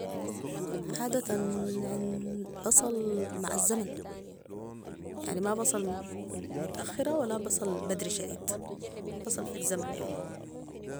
عادةًعن- بصل مع الزمن يعني ما بصل متأخرة ولا بصل بدري شديد بصل في الزمن يعني